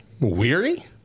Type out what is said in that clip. weary